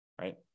right